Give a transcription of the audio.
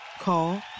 call